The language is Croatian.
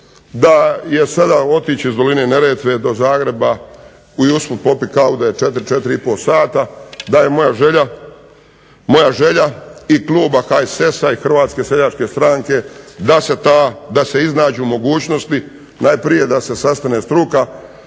da je sada otići iz doline Neretve do Zagreba i usput popit kavu da je 4, 4,5 sata, da je moja želja i kluba HSS-a i Hrvatske seljačke stranke da se iznađu mogućnosti. Najprije da se sastane struka